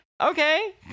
Okay